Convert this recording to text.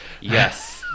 Yes